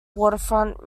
waterfront